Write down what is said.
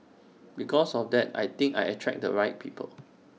because of that I think I attract the right people